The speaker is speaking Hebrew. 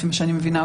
לפי מה שאני מבינה,